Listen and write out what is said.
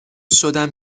شدم